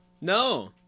no